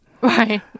Right